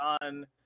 on